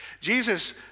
Jesus